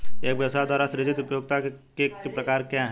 एक व्यवसाय द्वारा सृजित उपयोगिताओं के प्रकार क्या हैं?